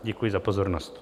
Děkuji za pozornost.